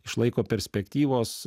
iš laiko perspektyvos